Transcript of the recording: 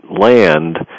land